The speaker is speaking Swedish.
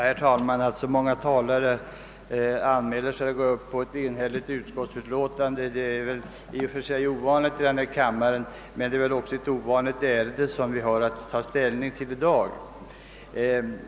Herr talman! Att så många talare yttrar sig i anledning av ett enhälligt utskottsutlåtande är ovanligt i denna kammare, men det är också ett ovanligt ärende som vi har att ta ställning till.